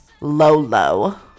Lolo